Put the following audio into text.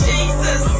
Jesus